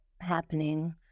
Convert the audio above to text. happening